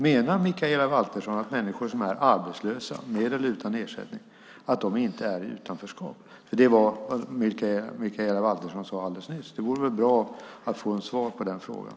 Menar Mikaela Valtersson att människor som är arbetslösa, med eller utan ersättning, inte är i utanförskap? Det var vad Mikaela Valtersson sade alldeles nyss, och det vore bra att få ett svar på den frågan.